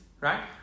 right